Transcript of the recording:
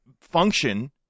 function